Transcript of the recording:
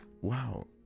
wow